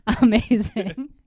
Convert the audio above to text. amazing